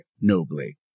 nobly